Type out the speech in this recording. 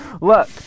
look